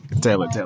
Taylor